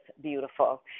beautiful